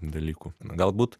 dalyku galbūt